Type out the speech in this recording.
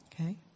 Okay